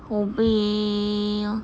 好呗